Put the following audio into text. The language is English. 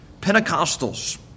Pentecostals